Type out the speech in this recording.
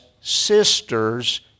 sisters